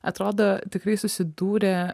atrodo tikrai susidūrė